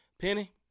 Penny